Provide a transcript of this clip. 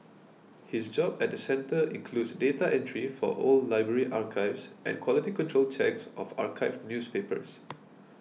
his job at the centre includes data entry for old library archives and quality control checks of archived newspapers